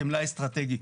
כמלאי אסטרטגי,